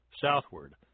southward